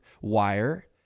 wire